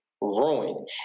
ruin